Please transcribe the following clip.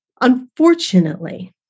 unfortunately